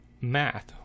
math